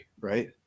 right